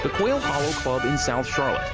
quail hollow club in south charlotte